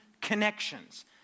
connections